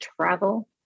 travel